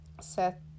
set